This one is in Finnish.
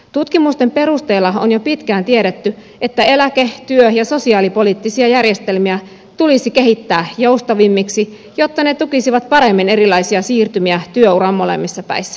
tutkimusten perusteella on jo pitkään tiedetty että eläke työ ja sosiaalipoliittisia järjestelmiä tulisi kehittää joustavammiksi jotta ne tukisivat paremmin erilaisia siirtymiä työuran molemmissa päissä